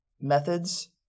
methods